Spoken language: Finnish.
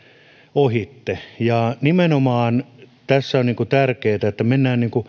ohitse nimenomaan kun tässä mennään